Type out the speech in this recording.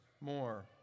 more